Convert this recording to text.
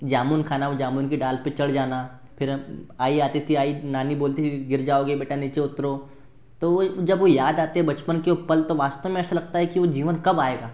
जामुन खाना उ जामुन की डाल पर चढ़ जाना फिर हम आई आती थी आई नानी बोलती थी गिर जाओगे बेटा नीचे उतरो तो वो जब वो याद आते हैं बचपन के वो पल तब वास्तव में ऐसा लगता है कि वो जीवन कब आएगा